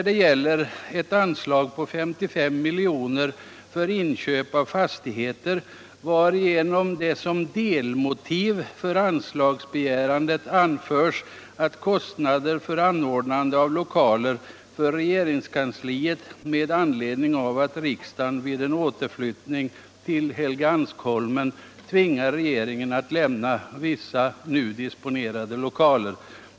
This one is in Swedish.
Det gäller där ett anslag på 55 miljoner för inköp av fastigheter, varvid som delmotiv för anslagsbegäran anförts kostnader för anordnande av lokaler för regeringskansliet med anledning av att riksdagen vid en återflyttning till Helgeandsholmen tvingar regeringen att lämna vissa nu disponerade lokaler.